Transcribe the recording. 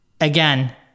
Again